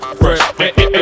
fresh